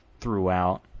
throughout